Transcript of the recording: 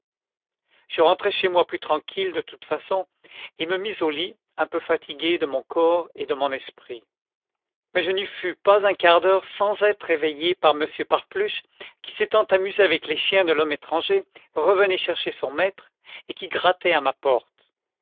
je rentrai chez moi plus tranquille de toutes façons et me mis au lit un peu fatigué de mon corps et de mon esprit mais je n'y fus pas un quart d'heure sans être éveillé par monsieur parpluche qui s'étant amusé avec les chiens de l'homme étranger revenait chercher son maître et qui grattait à ma porte